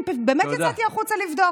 אני באמת יצאתי החוצה לבדוק.